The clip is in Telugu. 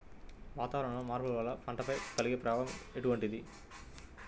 వాతావరణంలో మార్పుల వల్ల పంటలపై కలిగే ప్రభావం ఎటువంటిది?